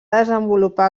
desenvolupar